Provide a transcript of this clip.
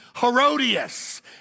Herodias